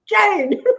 Jane